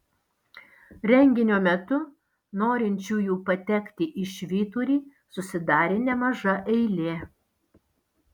renginio metu norinčiųjų patekti į švyturį susidarė nemaža eilė